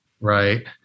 Right